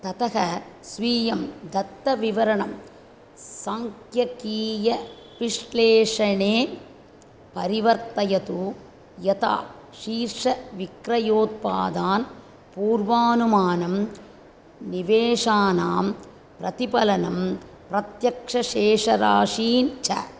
ततः स्वीयं दत्तविवरणं साङ्ख्यकीयविश्लेषणे परिवर्तयतु यथा शीर्षविक्रयोत्पादान् पूर्वानुमानं निवेशानां प्रतिफलनं प्रत्यक्षशेषराशीन् च